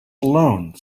alone